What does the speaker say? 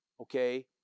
okay